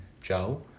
Joe